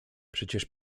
przecież